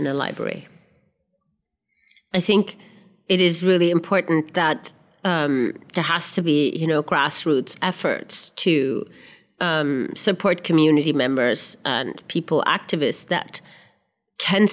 in a library i think it is really important that um there has to be you know grassroots efforts to support community members and people activists that